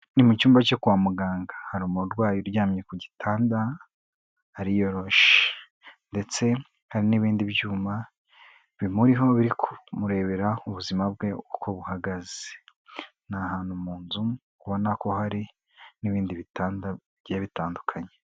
Ni mu cyumba cyo kwa muganga, hari umurwayi uryamye ku gitanda ariyoroshe, ndetse hari n'ibindi byuma bimuriho biri kumurebera ubuzima bwe uko buhagaze, ni ahantu mu nzu ubona ko hari n'ibindi bitanda byari bitandukanye.